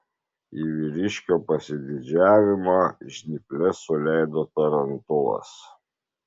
į vyriškio pasididžiavimą žnyples suleido tarantulas